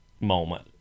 moment